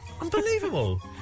Unbelievable